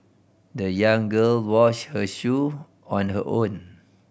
the young girl washed her shoe on her own